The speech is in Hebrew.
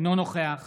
אינו נוכח